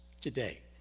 today